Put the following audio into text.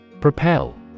Propel